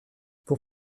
pour